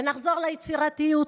ונחזור ליצירתיות,